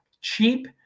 cheap